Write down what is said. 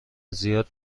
زیاد